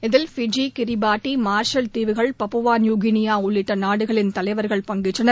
இதில் Fiji Kiribati Marshall தீவுகள் Papua New Guinea உள்ளிட்ட நாடுகளின் தலைவா்கள் பங்கேற்றனர்